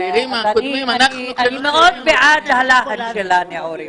אני בעד להט הנעורים.